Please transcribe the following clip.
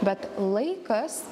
bet laikas